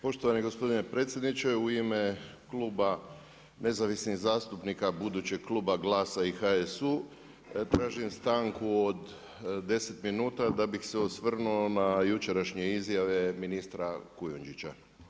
Poštovani gospodine predsjedniče u ime kluba nezavisnih zastupnika, budućeg kluba Glasa i HSU-a tražim stanku od 10 minuta da bih se osvrnuo na jučerašnje izjave ministra Kujundžića.